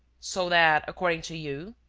so that, according to you,